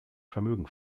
vermögen